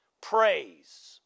praise